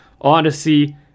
odyssey